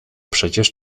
przecież